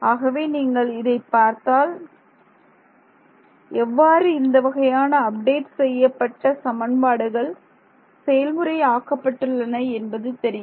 ஆகவே நீங்கள் இதை பார்த்தால் எவ்வாறு இந்த வகையான அப்டேட் செய்யப்பட்ட சமன்பாடுகள் செயல்முறை ஆக்கப்பட்டுள்ளன என்று தெரியும்